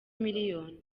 miliyoni